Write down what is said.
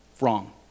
wrong